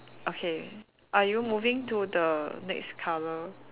okay are you moving to the next colour